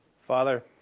Father